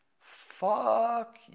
fuck